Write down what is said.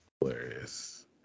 Hilarious